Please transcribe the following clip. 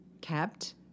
kept